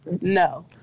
no